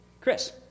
Chris